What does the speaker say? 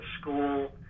school